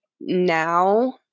now